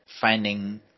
finding